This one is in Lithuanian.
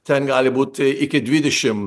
ten gali būt iki dvidešim